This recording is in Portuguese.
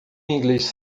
inglês